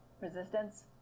resistance